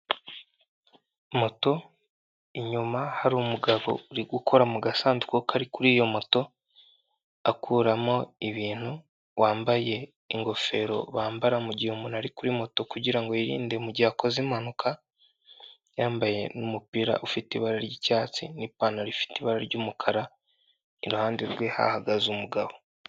Moto inyuma hari umugabo uri gukora mu gasanduku kari kuri iyo moto akuramo ibintu, wambaye ingofero bambara mu gihe umuntu ari kuri moto kugira ngo yirinde mu gihe akoze impanuka, yambaye n'umupira ufite ibara ry'icyatsi n'ipantaro ifite ibara ry'umukara, iruhande rwe hahagaze umugabo.